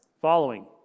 following